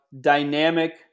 dynamic